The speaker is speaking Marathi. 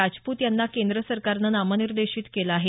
राजपूत यांना केंद्र सरकारनं नामनिर्देशित केलं आहे